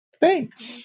Thanks